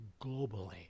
globally